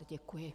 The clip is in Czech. Děkuji.